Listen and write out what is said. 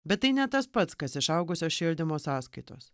bet tai ne tas pats kas išaugusios šildymo sąskaitos